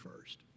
first